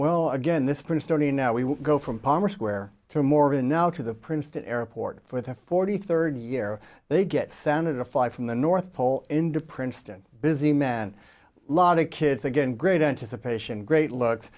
well again this princetonian now we will go from palmer square to morgan now to the princeton airport for the forty third year they get sounded to fly from the north pole into princeton busy men lot of kids again great anticipation great looks